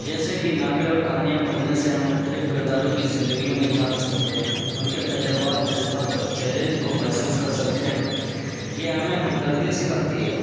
جیسے کہ ناول اور کہانیاں پڑھنے سے ہم مختلف کرداروں کی زندگیوں میں جھانک سکتے ہیں ان کے تجربات جذبات اور چیلنج کو محسوس کر سکتے ہیں یہ ہمیں ہمدردی سکھاتی ہے